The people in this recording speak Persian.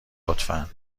لطفا